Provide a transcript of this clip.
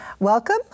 Welcome